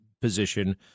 position